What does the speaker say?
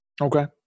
Okay